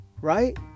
Right